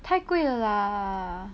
太贵了啦